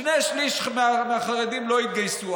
שני שלישים מהחרדים לא יתגייסו.